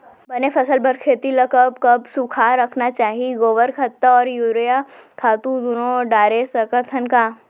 बने फसल बर खेती ल कब कब सूखा रखना चाही, गोबर खत्ता और यूरिया खातू दूनो डारे सकथन का?